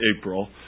April